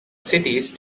cities